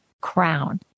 crown